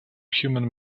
human